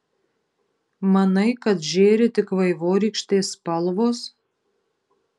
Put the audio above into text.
manai kad žėri tik vaivorykštės spalvos